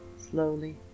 Slowly